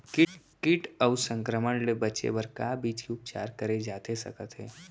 किट अऊ संक्रमण ले बचे बर का बीज के उपचार करे जाथे सकत हे?